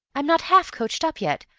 i'm not half coached up yet!